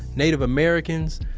native americans.